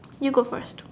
you go first